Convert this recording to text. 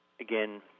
again